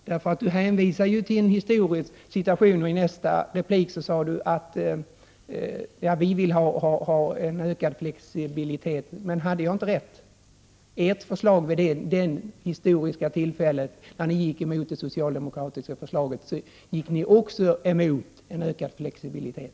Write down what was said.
Daniel Tarschys hänvisar till en historisk situation och i nästa replik säger han att de vill ha en ökad flexibilitet. Hade jag inte rätt? Vid det historiska tillfället när ni gick emot det socialdemokratiska förslaget gick ni också emot en ökad flexibilitet.